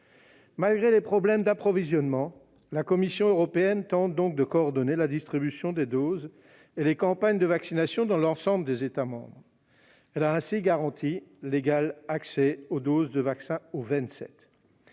Malgré les problèmes d'approvisionnement, la Commission européenne tente de coordonner la distribution des doses et les campagnes de vaccination dans l'ensemble des États membres. Elle a ainsi garanti l'égal accès des Vingt-Sept aux